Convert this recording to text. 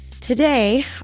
Today